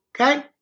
okay